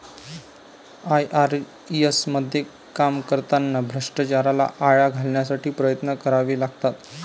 IRS मध्ये काम करताना भ्रष्टाचाराला आळा घालण्यासाठी प्रयत्न करावे लागतात